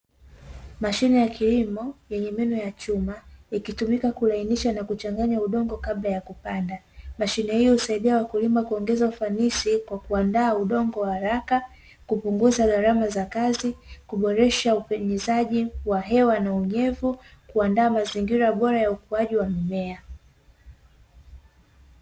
Mashine ya kilimo yenye meno ya chuma, ikitumika kulainisha na kuchanganya udongo kabla ya kupanda. Mashine hiyo husaidia wakulima kuongeza ufanisi kwa kuandaa udongo haraka, kupunguza gharama za kazi, kuboresha upenyezaji wa hewa na unyevu, kuandaa mazingira bora ya ukuaji wa mimea.